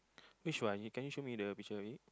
which one can you show me the picture a bit